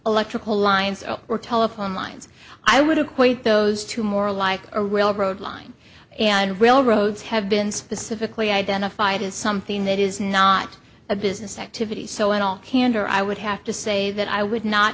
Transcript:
electrical lines or telephone lines i would equate those two more like a railroad line and railroads have been specifically identified as something that is not a business activity so in all candor i would have to say that i would not